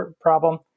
problem